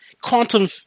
quantum